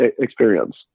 experience